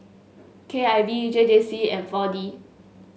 K I V J J C and four D